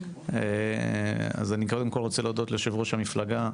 אני רוצה להודות ליושב-ראש המפלגה,